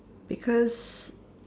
because